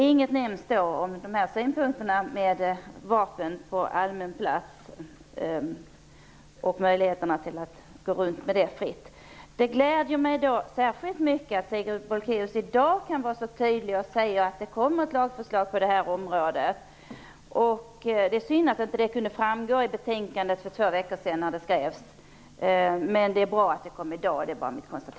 Inget nämns då om synpunkterna om möjligheten att fritt gå runt med vapen på allmän plats. Det gläder mig därför särskilt mycket att Sigrid Bolkéus i dag kan vara så tydlig och säga att det kommer ett lagförslag på det här området. Det är synd att inte det kunde framgå när betänkandet skrevs för två veckor sedan, men jag konstaterar att det är bra att det kom i dag.